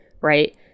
right